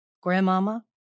grandmama